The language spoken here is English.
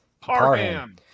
Parham